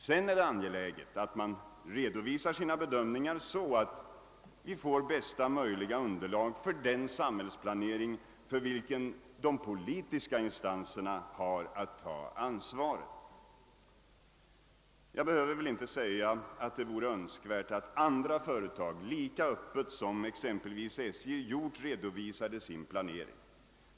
Det är också angeläget att dessa bedömningar redovisas, så att vi får bästa möjliga underlag för den samhällsplanering, för vilken de politiska instanserna har att ta ansvaret. Jag behöver väl inte påpeka att det vore önskvärt att andra företag lika öppet som exempelvis SJ redovisade sin planering.